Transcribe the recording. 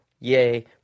yay